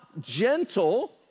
gentle